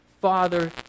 Father